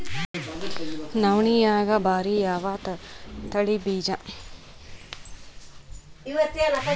ನವಣಿಯಾಗ ಭಾರಿ ಯಾವದ ತಳಿ ಬೀಜ?